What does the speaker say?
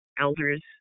elders